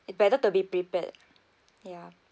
it better to be prepared ya